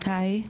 היי.